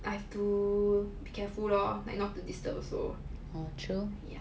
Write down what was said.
I have to be careful loh like not to disturb also yeah